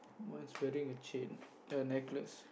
one is wearing a chain a necklace